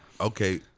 Okay